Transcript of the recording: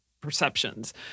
perceptions